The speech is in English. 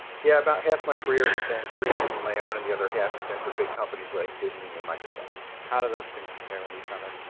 yeah, about half my career has been freelance on my own and the other half has been for big companies like disney and microsoft. how do those things compare with each other?